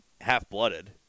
half-blooded